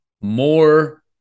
more